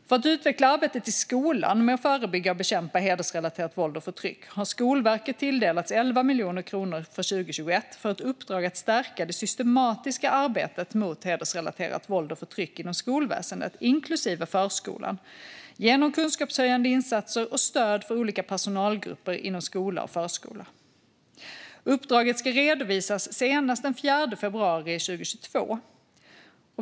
För att utveckla arbetet i skolan med att förebygga och bekämpa hedersrelaterat våld och förtryck har Skolverket tilldelats 11 miljoner kronor för 2021 för ett uppdrag att stärka det systematiska arbetet mot hedersrelaterat våld och förtryck inom skolväsendet, inklusive förskolan, genom kunskapshöjande insatser och stöd för olika personalgrupper inom skola och förskola. Uppdraget ska redovisas senast den 4 februari 2022.